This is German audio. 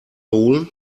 holen